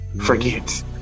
Forget